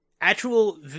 Actual